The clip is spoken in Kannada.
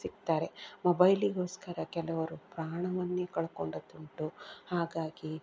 ಸಿಗ್ತಾರೆ ಮೊಬೈಲಿಗೋಸ್ಕರ ಕೆಲವರು ಪ್ರಾಣವನ್ನೇ ಕಳ್ಕೊಂಡದ್ದುಂಟು ಹಾಗಾಗಿ